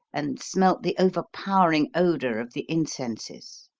and smelt the overpowering odour of the incenses.